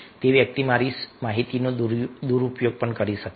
તે વ્યક્તિ મારી માહિતીનો દુરુપયોગ કરી શકે છે